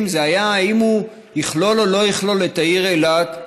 היה אם הוא יכלול או לא יכלול את העיר אילת,